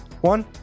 One